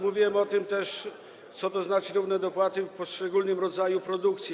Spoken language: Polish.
Mówiłem też o tym, co to znaczy: równe dopłaty w poszczególnym rodzaju produkcji.